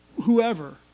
whoever